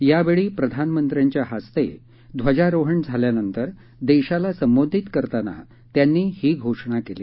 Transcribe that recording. यावेळी प्रधानमंत्र्यांच्या हस्ते ध्वजारोहण झाल्यानंतर देशाला संबोधित करताना त्यांनी ही घोषणा केली